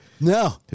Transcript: No